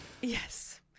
Yes